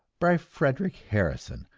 by frederic harrison,